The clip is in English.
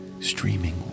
streaming